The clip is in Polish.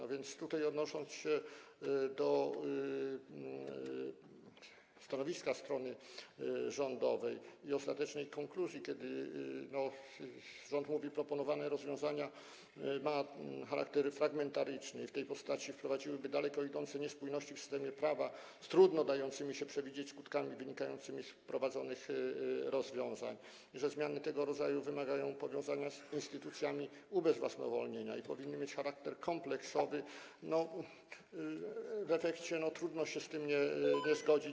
A więc odnosząc się do stanowiska strony rządowej i ostatecznej konkluzji, kiedy rząd mówi, że proponowane rozwiązania mają charakter fragmentaryczny i w tej postaci wprowadziłyby daleko idące niespójności w systemie prawa, z trudno dającymi się przewidzieć skutkami wynikającymi z wprowadzonych rozwiązań, a także że zmiany tego rodzaju wymagają powiązania z instytucjami ubezwłasnowolnienia i powinny mieć charakter kompleksowy, to w efekcie trudno się z tym nie zgodzić.